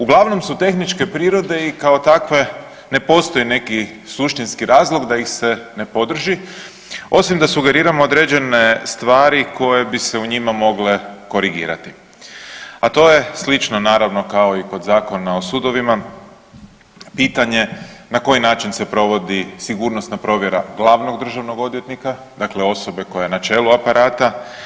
Uglavnom su tehničke prirode i kao takve ne postoji neki suštinski razlog da ih se ne podrži osim da sugeriramo određene stvari koje bi se u njima mogle korigirati, a to je slično naravno kao i kod Zakona o sudovima pitanje na koji način se provodi sigurnosna provjera glavnog državnog odvjetnika dakle osobe koja je na čelu aparata?